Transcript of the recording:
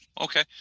okay